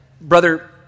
brother